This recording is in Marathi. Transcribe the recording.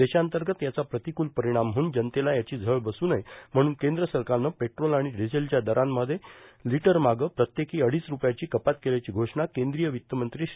देशांतर्गत याचा प्रतिकूल परिणाम होऊन जनतेला त्याची झळ बसू नये म्हणून केंद्र सरकारनं पेट्रोल आणि डिझेलच्या दरांमध्ये लिटरमागं प्रत्येकी अडीच रुपयांची कपात केल्याची घोषणा केंद्रीय वित्तमंत्री श्री